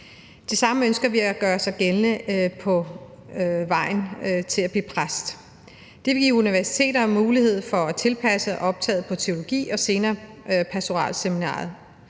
Det samme ønsker vi at gøre gældende for uddannelsen til at blive præst. Det vil give universiteter en mulighed for at tilpasse optaget på teologi og senere pastoralseminariet,